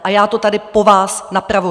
A já to tady po vás napravuji!